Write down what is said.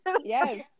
Yes